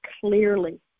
clearly